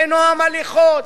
בנועם הליכות,